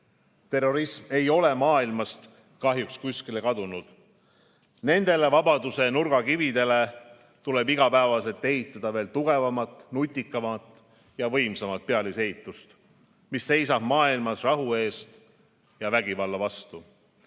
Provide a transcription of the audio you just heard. Terrorism ei ole maailmast kahjuks kuskile kadunud. Nendele vabaduse nurgakividele tuleb igapäevaselt ehitada veel tugevamat, nutikamat ja võimsamat pealisehitust, mis seisab maailmas rahu eest ja vägivalla vastu.